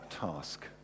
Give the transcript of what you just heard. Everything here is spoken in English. task